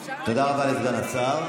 תודה רבה לסגן השר.